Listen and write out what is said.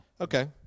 Okay